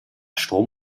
strom